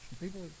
People